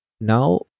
Now